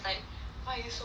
why are you so green